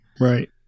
Right